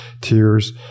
tears